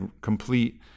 complete